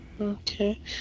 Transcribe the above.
Okay